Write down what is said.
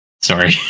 Sorry